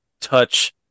touch